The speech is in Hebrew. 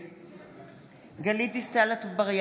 יחד עם חבריי